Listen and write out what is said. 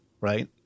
right